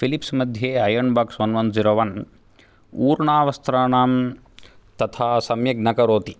Philips मध्ये iron box one one zero one ऊर्णावस्त्राणां तथा सम्यक् न करोति